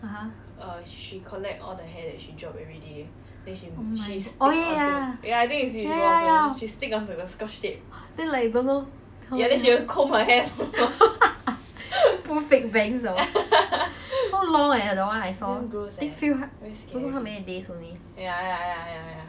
(uh huh) oh my g~ oh ya then like don't know put fake bangs hor so long eh that [one] don't know how many days already